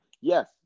Yes